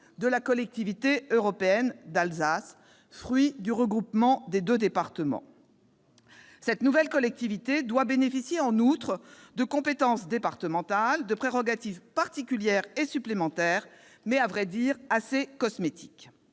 de la Collectivité européenne d'Alsace, consacrant ainsi le regroupement des deux départements. Cette nouvelle collectivité doit bénéficier outre des compétences départementales, de prérogatives « particulières et supplémentaires », mais, à vrai dire, assez cosmétiques.